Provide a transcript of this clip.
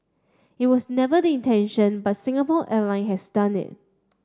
it was never the intention but Singapore Airline has done it